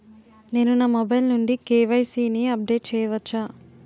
నేను నా మొబైల్ నుండి కే.వై.సీ ని అప్డేట్ చేయవచ్చా?